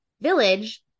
village